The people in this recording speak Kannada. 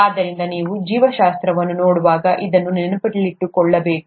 ಆದ್ದರಿಂದ ನೀವು ಜೀವಶಾಸ್ತ್ರವನ್ನು ನೋಡುವಾಗ ಇದನ್ನು ನೆನಪಿನಲ್ಲಿಟ್ಟುಕೊಳ್ಳಬೇಕು